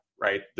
right